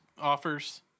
offers